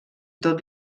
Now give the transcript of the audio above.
tot